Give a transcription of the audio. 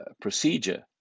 procedure